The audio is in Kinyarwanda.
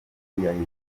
ubutegetsi